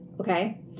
okay